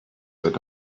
that